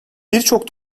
birçok